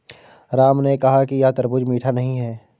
राम ने कहा कि यह तरबूज़ मीठा नहीं है